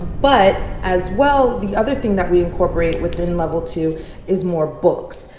but as well, the other thing that we incorporate within level two is more books.